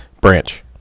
Branch